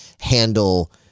handle